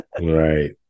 right